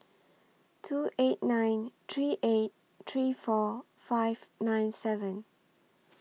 two eight nine three eight three four five nine seven